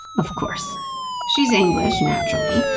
of course she's english, naturally,